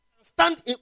stand